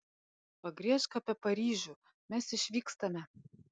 pagriežk apie paryžių mes išvykstame